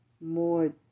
more